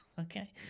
Okay